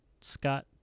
Scott